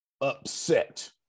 upset